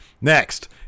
Next